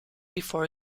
before